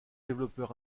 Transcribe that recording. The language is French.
développeurs